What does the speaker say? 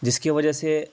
جس کی وجہ سے